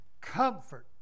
comfort